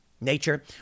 nature